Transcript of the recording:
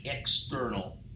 external